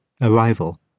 Arrival